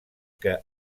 que